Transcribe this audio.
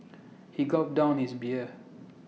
he gulped down his beer